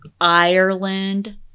Ireland